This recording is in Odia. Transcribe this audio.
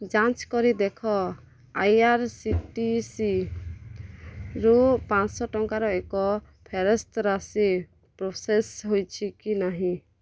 ଯାଞ୍ଚ୍ କରି ଦେଖ I R C T C ରୁ ପାଆଁଶହ ଟଙ୍କାର ଏକ ଫେରସ୍ତ ରାଶି ପ୍ରୋସେସ୍ ହୋଇଛି କି ନାହିଁ